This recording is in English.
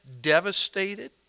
devastated